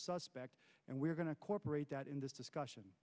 suspect and we're going to cooperate that in this discussion